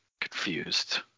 confused